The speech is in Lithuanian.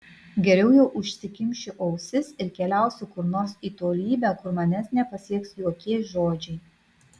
geriau jau užsikimšiu ausis ir keliausiu kur nors į tolybę kur manęs nepasieks jokie žodžiai